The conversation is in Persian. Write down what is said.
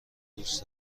دوست